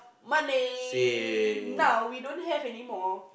Malay now we don't have anymore